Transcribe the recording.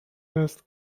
هست